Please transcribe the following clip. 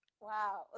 wow